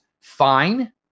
fine